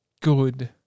good